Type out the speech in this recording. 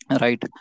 right